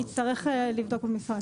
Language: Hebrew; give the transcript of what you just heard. אני אצטרך לבדוק במשרד.